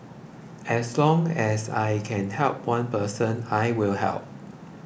as long as I can help one person I will help